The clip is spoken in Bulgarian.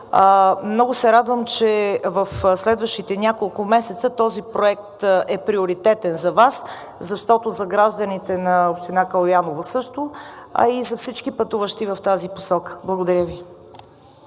Много се радвам, че в следващите няколко месеца този проект е приоритетен за Вас, защото за гражданите на община Калояново – също, а и за всички пътуващи в тази посока. Благодаря Ви.